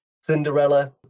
cinderella